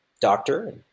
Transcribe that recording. doctor